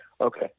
Okay